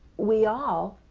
we all,